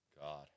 God